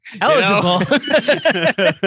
eligible